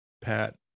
Pat